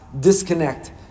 disconnect